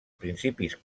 principis